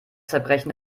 zerbrechen